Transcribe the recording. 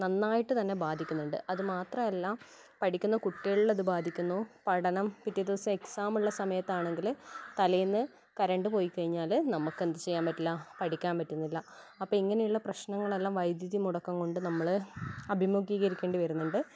നന്നായിട്ട് തന്നെ ബാധിക്കുന്നുണ്ട് അതുമാത്രമല്ല പഠിക്കുന്ന കുട്ടികളിൽ അത് ബാധിക്കുന്നു പഠനം പിറ്റേ ദിവസം എക്സാംമ്ള്ള സമയത്താണെങ്കിൽ തലേന്ന് കറണ്ട് പോയി കഴിഞ്ഞാൽ നമുക്കെന്ത് ചെയ്യാൻ പറ്റില്ല പഠിക്കാൻ പറ്റുന്നില്ല അപ്പം ഇങ്ങനെയുള്ള പ്രശ്നങ്ങളെല്ലാം വൈദ്യുതി മുടക്കം കൊണ്ട് നമ്മൾ അഭിമുഖീകരിക്കേണ്ടി വരുന്നുണ്ട്